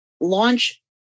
launch